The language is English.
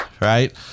right